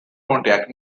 pontiac